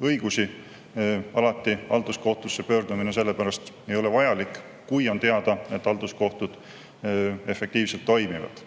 sellepärast halduskohtusse pöördumine vajalik, kui on teada, et halduskohtud efektiivselt toimivad.